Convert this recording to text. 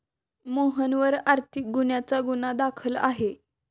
मोहनवर आर्थिक गुन्ह्याचा गुन्हा दाखल आहे